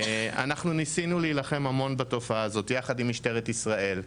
אנחנו ניסינו להילחם המון בתופעה הזאת יחד עם משטרת ישראל,